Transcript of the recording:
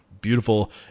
Beautiful